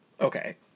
Okay